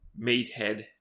meathead